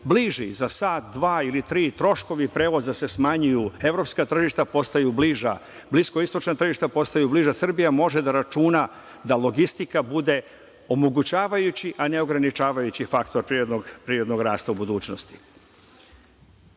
bliži za sat, dva, ili tri, troškovi prevoza se smanjuju, evropska tržišta postaju bliža, bliskoistočna tržišta postaju bliža Srbiji, a može da računa da logistika bude omogućavajući, a ne ograničavajući faktor privrednog rasta u budućnosti. Deficit